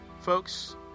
folks